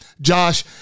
Josh